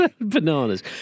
bananas